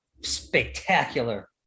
spectacular